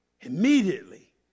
Immediately